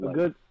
good